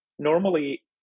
Normally